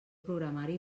programari